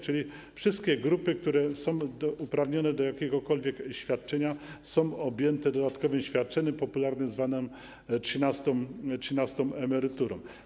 Czyli wszystkie grupy, które są uprawnione do jakiegokolwiek świadczenia, są objęte dodatkowym świadczeniem popularnie zwanym trzynastą emeryturą.